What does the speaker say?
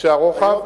וכבישי הרוחב,